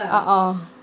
uh uh